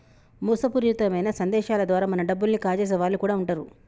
మోసపూరితమైన సందేశాల ద్వారా మన డబ్బుల్ని కాజేసే వాళ్ళు కూడా వుంటరు